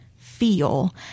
feel